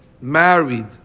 married